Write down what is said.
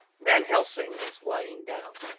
van helsing is lying down,